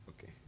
Okay